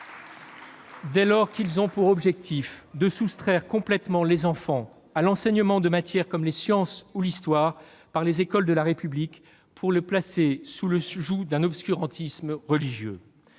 dès lors qu'ils ont pour objectif de soustraire complètement les enfants à l'enseignement de matières comme les sciences ou l'histoire par les écoles de la République pour les placer sous le joug d'un obscurantisme religieux.